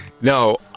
No